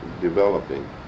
developing